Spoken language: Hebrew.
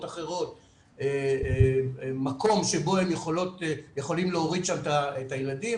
אחרות מקום שבו הם יכולים להוריד שם את הילדים,